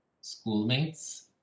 schoolmates